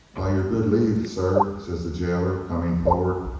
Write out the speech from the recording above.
by your good leave, sir, says the gaoler, com ing forward,